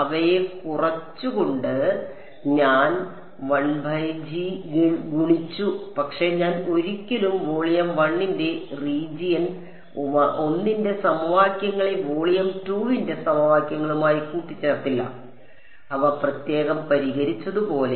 അവയെ കുറച്ചുകൊണ്ട് ഞാൻ ഗുണിച്ചു പക്ഷേ ഞാൻ ഒരിക്കലും വോളിയം 1 ന്റെ റീജിയൻ 1 ന്റെ സമവാക്യങ്ങളെ വോളിയം 2 ന്റെ സമവാക്യങ്ങളുമായി കൂട്ടിച്ചേർത്തില്ല അവ പ്രത്യേകം പരിഹരിച്ചതുപോലെ